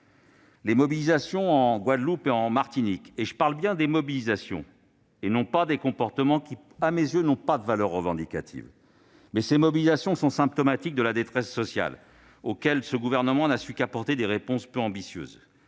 Les mobilisations en Guadeloupe et à la Martinique- je parle bien des mobilisations et non des comportements qui, à mes yeux, ne sont pas des actions revendicatives -sont symptomatiques de la détresse sociale, à laquelle ce Gouvernement n'a su apporter que des réponses peu ambitieuses,